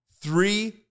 Three